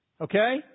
okay